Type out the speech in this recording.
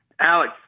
Alex